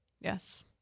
Yes